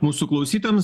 mūsų klausytojams